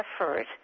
effort